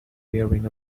wearing